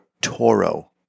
Toro